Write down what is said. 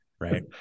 Right